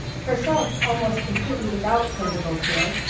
herself almost completely without physical fear,